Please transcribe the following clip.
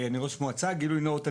אני ראש מועצה וגילוי נאות,